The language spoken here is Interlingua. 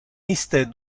iste